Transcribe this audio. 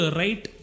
right